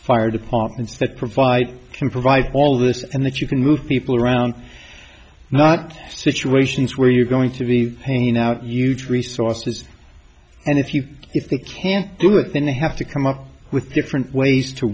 fire departments that provide can provide all this and that you can move people around not situations where you're going to be paying out huge resources and if you if they can't do it then they have to come up with different ways to